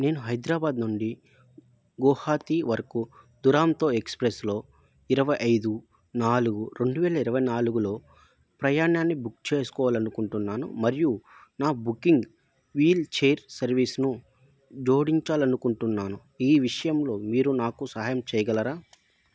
నేను హైదరాబాదు నుండి గౌహతి వరకు దురాంతో ఎక్స్ప్రెస్లో ఇరవై ఐదు నాలుగు రెండు వేల ఇరవై నాలుగులో ప్రయాణాన్ని బుక్ చేసుకోవాలనుకుంటున్నాను మరియు నా బుకింగ్ వీల్చైర్ సర్వీస్ను జోడించాలనుకుంటున్నాను ఈ విషయంలో మీరు నాకు సహాయం చెయ్యగలరా